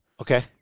Okay